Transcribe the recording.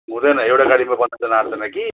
हुँदैन एउटा गाडीमा पन्ध्रजना अँट्दैन कि